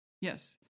Yes